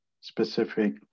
specific